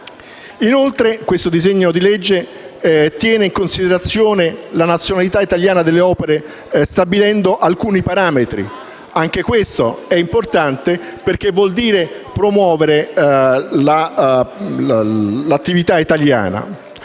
Inoltre, questo disegno di legge tiene in considerazione la nazionalità italiana delle opere, stabilendo alcuni parametri. Anche questo è importante, perché vuol dire promuovere le attività italiane.